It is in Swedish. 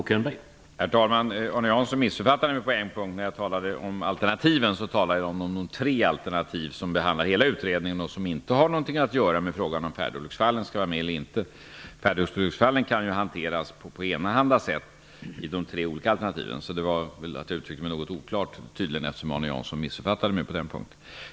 Herr talman! Arne Jansson missuppfattade mig på en punkt. När jag talade om alternativen ta lade jag om de tre alternativ som behandlar hela utredningen. Det har inte något att göra med frå gan om huruvida färdolycksfallen skall vara med eller inte. Färdolycksfallen kan ju hanteras på enahanda sätt i de tre olika alternativen. Jag ut tryckte mig tydligen något oklart, eftersom Arne Jansson missuppfattade mig på den punkten.